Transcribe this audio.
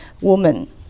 woman